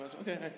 Okay